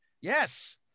yes